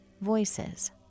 voices